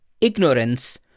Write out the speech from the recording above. ignorance